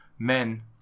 Men